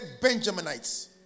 Benjaminites